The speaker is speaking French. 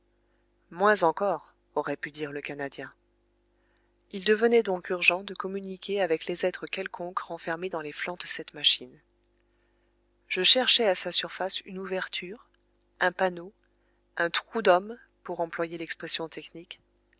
moins encore aurait pu dire le canadien il devenait donc urgent de communiquer avec les êtres quelconques renfermés dans les flancs de cette machine je cherchai à sa surface une ouverture un panneau un trou d'homme pour employer l'expression technique